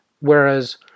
Whereas